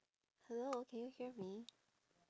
hello can you hear me